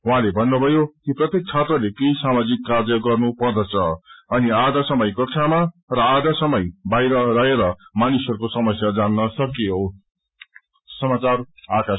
उहाँले भन्नुभयो कि प्रत्येक छात्रले केही सामाजिक कार्य गर्नुपदर्छ अनि आधा समय कक्षामा आधा समय बाहिर रहेर मानिसहरूको समस्या जान्न सकियोस